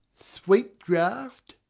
sweet draught!